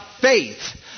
faith